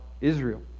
Israel